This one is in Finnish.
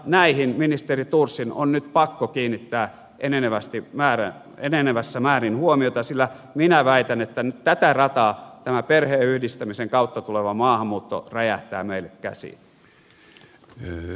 näihin ministeri thorsin on nyt pakko kiinnittää enenevässä määrin huomiota sillä minä väitän että tätä rataa tämän perheenyhdistämisen kautta tuleva maahanmuutto räjähtää meille käsiin